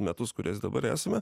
metus kuriais dabar esame